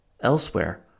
Elsewhere